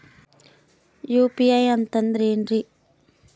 UPI ಅಂತಂದ್ರೆ ಏನ್ರೀ?